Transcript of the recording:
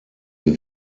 wir